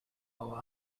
our